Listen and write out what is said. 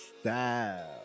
style